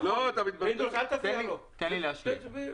תן לי להשלים.